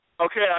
Okay